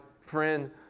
friend